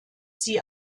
sie